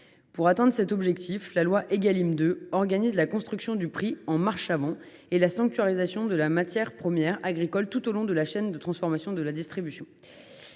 Pour atteindre cet objectif, la loi Égalim 2 organise la construction du prix « en marche avant » et la sanctuarisation de la matière première agricole tout au long de la chaîne, de la production à la distribution